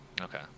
Okay